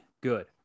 good